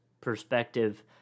perspective